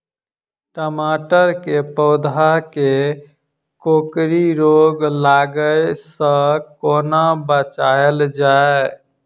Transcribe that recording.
टमाटर केँ पौधा केँ कोकरी रोग लागै सऽ कोना बचाएल जाएँ?